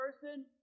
person